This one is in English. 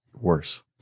worse